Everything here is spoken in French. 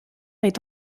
est